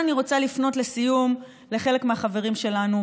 חבר הכנסת אחמד טיבי.